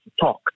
talk